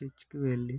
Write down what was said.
చర్చికి వెళ్ళి